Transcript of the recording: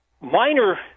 minor